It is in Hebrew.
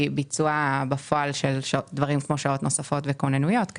ביצוע בפועל של שעות נוספות וכוננויות.